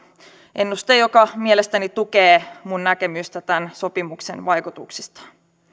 ennuste joka mielestäni tukee minun näkemystäni tämän sopimuksen vaikutuksista